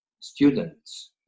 students